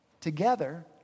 together